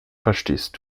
verstehst